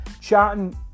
chatting